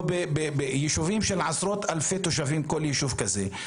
לא ביישובים של עשרות אלפי תושבים כל יישוב כזה,